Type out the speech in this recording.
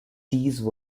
these